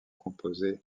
composé